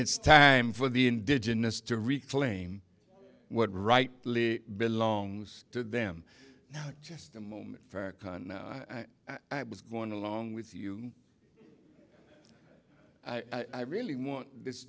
it's time for the indigenous to reclaim what rightfully belongs to them just a moment i was going along with you i really want this